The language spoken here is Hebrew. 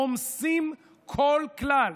רומסים כל כלל,